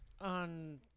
on